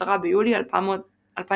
10 ביולי 2019